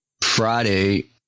Friday